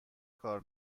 کار